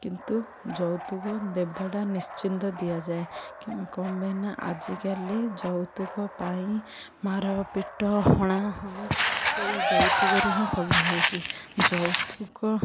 କିନ୍ତୁ ଯୌତୁକ ଦେବାଟା ନିଶ୍ଚିନ୍ତ ଦିଆଯାଏ କ'ଣ ପାଇଁ ନା ଆଜିକାଲି ଯୌତୁକ ପାଇଁ ମାର ପିଟ ହଣା ହଣି ସେଇ ଯୌତୁକରେ ହିଁ ସବୁ ହେଉଛି ଯୌତୁକ